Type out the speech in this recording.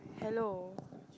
hello